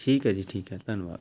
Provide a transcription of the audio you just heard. ਠੀਕ ਹੈ ਜੀ ਠੀਕ ਹੈ ਧੰਨਵਾਦ